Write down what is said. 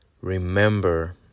remember